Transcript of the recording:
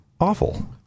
awful